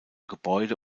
gebäude